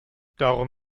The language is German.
darum